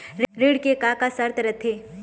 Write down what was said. ऋण के का का शर्त रथे?